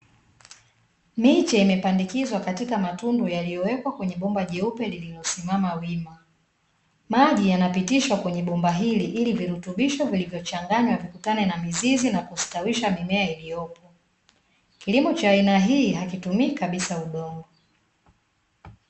MIche imepandikizwa katika matundu yaliyowekwa kwenye bomba jeupe lililosimama wima, maji yanapitishwa kwenye bomba hili virutubisho vilivyochanganywa vikutane na mizizi na kustawisha mimea iliyopo, kilimo cha aina hii hakitumii kabisa udongo.